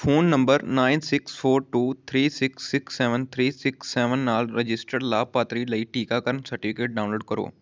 phone number nine six four two three six six seven three six seven ਨਾਲ registered ਲਾਭਪਾਤਰੀ ਲਈ ਟੀਕਾਕਰਨ certificate download ਕਰੋ